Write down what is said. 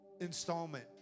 installment